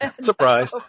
Surprise